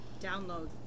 Download